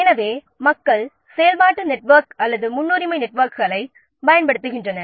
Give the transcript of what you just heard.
எனவே மக்கள் செயல்பாட்டு நெட்வொர்க் அல்லது முன்னுரிமை நெட்வொர்க்குகளைப் பயன்படுத்துகின்றனர்